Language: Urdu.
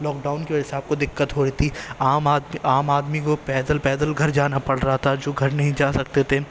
لاک ڈاؤن کی وجہ سے آپ کو دقت ہو رہی تھی عام آدمی عام آدمی کو پیدل پیدل گھر جانا پڑ رہا تھا جو گھر نہیں جا سکتے تھے